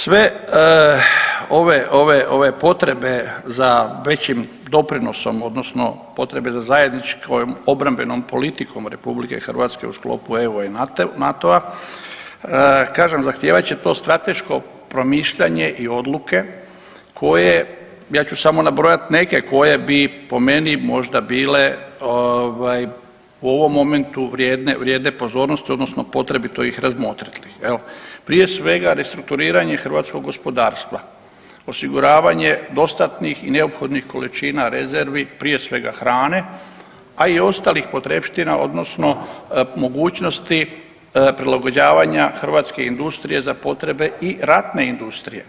Sve ove potrebe za većim doprinosom odnosno potrebom za zajedničkom obrambenom politikom RH u sklopu EU i NATO-a kažem zahtijevat će to strateško promišljanje i odluke koje, ja ću samo nabrojat neke koje bi po meni možda bile u ovom momentu vrijedne pozornosti odnosno potrebito ih razmotriti jel, prije svega restrukturiranje hrvatskog gospodarstva, osiguravanje dostatnih i neophodnih količina rezervi, prije svega hrane, ali i ostalih potrepština odnosno mogućnosti prilagođavanja hrvatske industrije za potrebe i ratne industrije.